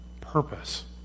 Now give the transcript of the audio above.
purpose